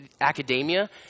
academia